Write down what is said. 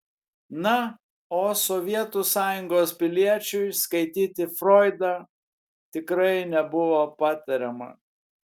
na o sovietų sąjungos piliečiui skaityti froidą tikrai nebuvo patariama